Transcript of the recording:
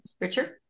Richard